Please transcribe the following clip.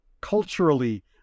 culturally